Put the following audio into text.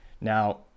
Now